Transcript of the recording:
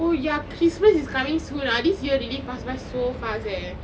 oh ya christmas is coming soon ah this year really pass by so fast leh